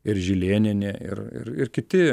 ir žilėnienė ir ir ir kiti